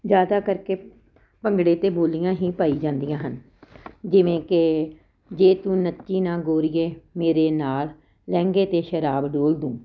ਜ਼ਿਆਦਾ ਕਰਕੇ ਭੰਗੜੇ ਅਤੇ ਬੋਲੀਆਂ ਹੀ ਪਾਈ ਜਾਂਦੀਆਂ ਹਨ ਜਿਵੇਂ ਕਿ ਜੇ ਤੂੰ ਨੱਚੀ ਨਾ ਗੋਰੀਏ ਮੇਰੇ ਨਾਲ ਲਹਿੰਗੇ 'ਤੇ ਸ਼ਰਾਬ ਡੋਲ ਦੂੰ